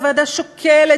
הוועדה שוקלת,